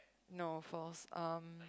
no false um